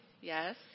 Yes